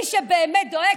מי שבאמת דואג,